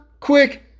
quick